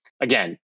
again